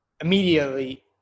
immediately